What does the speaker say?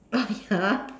oh ya